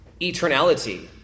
eternality